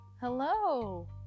Hello